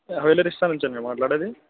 Haveli restaurant నుంచెనా మాట్లాడేది